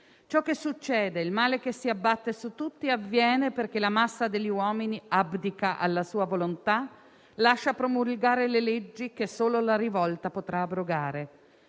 Ciò che succede, il male che si abbatte su tutti, avviene perché la massa degli uomini abdica alla sua volontà, lascia promulgare le leggi che solo la rivolta potrà abrogare».